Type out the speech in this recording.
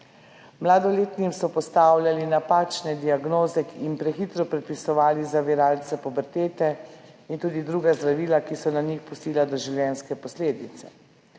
mladoletnim so postavljali napačne diagnoze in prehitro predpisovali zaviralce pubertete in tudi druga zdravila, ki so na njih pustila doživljenjske posledice.